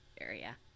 area